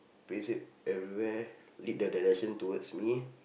paste it everywhere lead the direction towards me